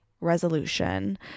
resolution